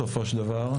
בסופו של דבר,